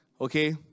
okay